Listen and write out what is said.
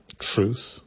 truth